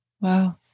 Wow